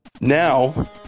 now